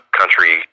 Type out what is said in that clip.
country